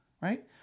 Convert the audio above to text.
right